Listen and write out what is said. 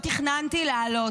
לא תכננתי לעלות,